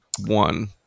One